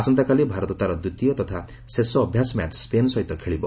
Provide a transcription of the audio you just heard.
ଆସନ୍ତାକାଲି ଭାରତ ତା'ର ଦ୍ୱିତୀୟ ତଥା ଶେଷ ଅଭ୍ୟାସ ମ୍ୟାଚ୍ ସ୍କେନ୍ ସହିତ ଖେଳିବ